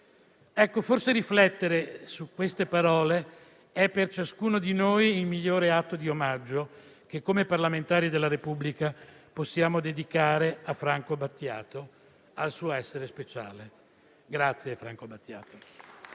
Forse riflettere su queste parole è per ciascuno di noi il migliore atto di omaggio che, come parlamentari della Repubblica, possiamo dedicare a Franco Battiato, al suo essere speciale. Grazie Franco Battiato!